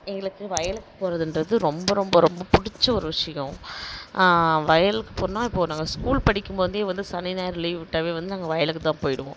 எங்களுக்கு வயலுக்கு போகிறதுன்றது ரொம்ப ரொம்ப ரொம்ப பிடிச்ச ஒரு விஷயம் வயலுக்கு போகணுனா இப்போது நாங்கள் ஸ்கூல் படிக்கும்போதே வந்து சனி ஞாயிறு லீவ் விட்டாலே வந்து நாங்கள் வயலுக்குதான் போயிடுவோம்